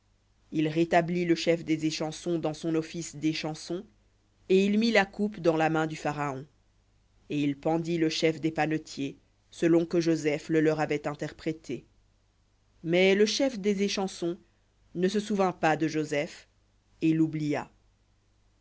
il rétablit le chef des échansons dans son office d'échanson et il mit la coupe dans la main du pharaon et il pendit le chef des panetiers selon que joseph le leur avait interprété mais le chef des échansons ne se souvint pas de joseph et l'oublia